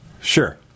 Sure